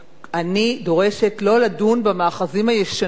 אני דורשת לא לדון במאחזים הישנים.